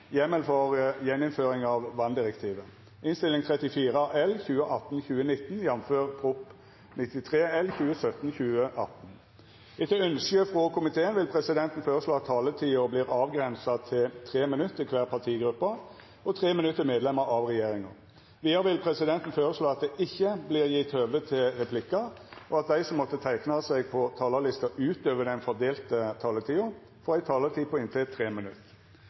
av regjeringa. Vidare vil presidenten føreslå at det ikkje vert gjeve høve til replikkar, og at dei som måtte teikna seg på talarlista utover den fordelte taletida, får ei taletid på inntil 3 minutt. – Det er vedteke. «Vand i Norge, vand av renhet, – hvor en lægger sig og drikker, det